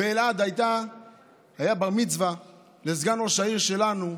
באלעד היה בר-מצווה לסגן ראש העיר שלנו,